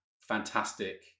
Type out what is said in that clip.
fantastic